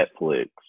Netflix